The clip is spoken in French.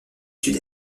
sud